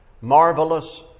marvelous